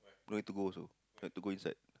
no need to go also you've to go inside